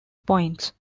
points